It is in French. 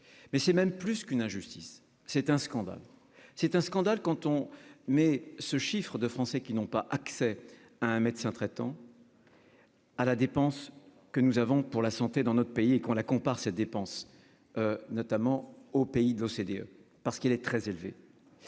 mais c'est même plus qu'une injustice, c'est un scandale, c'est un scandale quand on met ce chiffre de Français qui n'ont pas accès à un médecin traitant. Ah la dépense que nous avons pour la santé dans notre pays et qu'on la compare ces dépenses, notamment aux pays de l'OCDE, parce qu'il est très élevé,